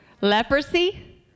Leprosy